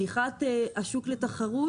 פתיחת השוק לתחרות